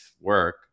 work